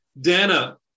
Dana